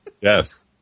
Yes